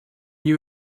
you